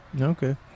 Okay